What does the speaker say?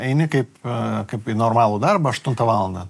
eini kaip kaip į normalų darbą aštuntą valandą